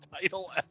title